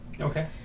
Okay